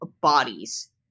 bodies